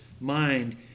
mind